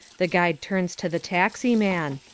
the guide turns to the taxi man.